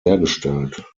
hergestellt